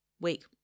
week